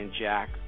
Jack